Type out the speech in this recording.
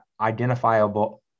identifiable